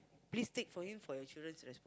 please take from him for your children's respon~